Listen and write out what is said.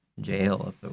Jail